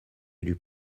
élu